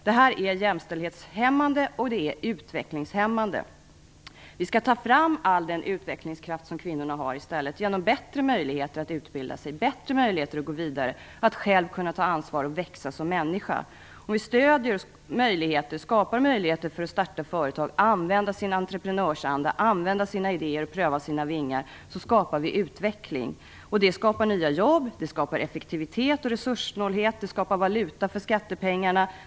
Detta är jämställdhetshämmande, och det är utvecklingshämmande. Vi skall i stället ta fram all den utvecklingskraft som kvinnor har, genom bättre möjligheter att utbilda sig, att gå vidare, att själv kunna ta ansvar och växa som människa. Om vi stöder, skapar möjligheter att starta företag, att använda sin entreprenörsanda, att använda sina idéer och att pröva sina vingar skapar vi utveckling. Det skapar nya jobb. Det skapar effektivitet och resurssnålhet. Det skapar valuta för skattepengarna.